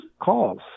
calls